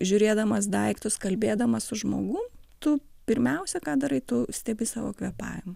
žiūrėdamas daiktus kalbėdamas su žmogum tu pirmiausia ką darai tu stebi savo kvėpavimą